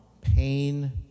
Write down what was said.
pain